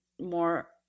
more